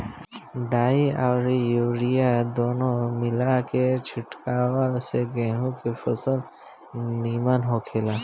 डाई अउरी यूरिया दूनो मिला के छिटला से गेंहू के फसल निमन होखेला